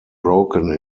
broken